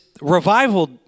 revival